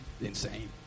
insane